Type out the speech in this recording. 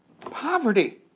Poverty